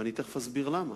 ואני תיכף אסביר למה,